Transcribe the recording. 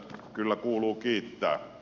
näistä kyllä kuuluu kiittää